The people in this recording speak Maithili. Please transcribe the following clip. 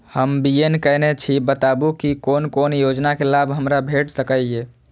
हम बी.ए केनै छी बताबु की कोन कोन योजना के लाभ हमरा भेट सकै ये?